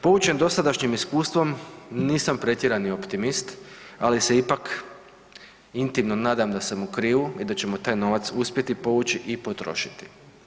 Poučen dosadašnjim iskustvom nisam pretjerani optimist, ali se ipak intimno nadam da sam u krivu i da ćemo taj novac uspjeti povući i potrošiti.